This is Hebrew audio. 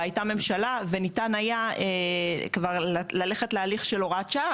הייתה ממשלה וניתן היה ללכת להליך של הוראת שעה,